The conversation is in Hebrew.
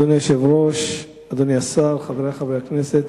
אדוני היושב-ראש, אדוני השר, חברי חברי הכנסת,